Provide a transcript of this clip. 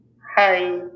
Hi